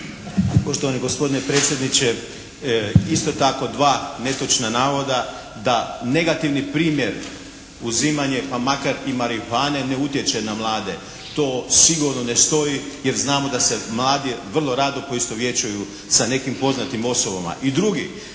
Poštovani gospodine predsjedniče, isto tako dva netočna navoda da negativni primjer uzimanje pa makar i marihuane ne utječe na mlade. To sigurno ne stoji jer znamo da se mladi vrlo rado poistovjećuju sa nekim poznatim osobama. I drugi,